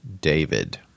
David